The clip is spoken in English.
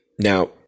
Now